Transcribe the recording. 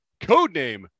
codename